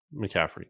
McCaffrey